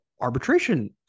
arbitration